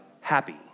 happy